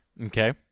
Okay